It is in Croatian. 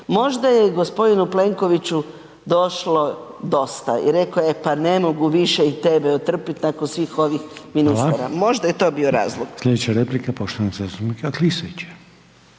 Možda je gospodinu Plenkovići došlo dosta i rekao je e pa ne mogu više i tebe otrpit nakon svih ovih ministara, možda je to bio razlog. **Reiner, Željko (HDZ)** Hvala.